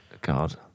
God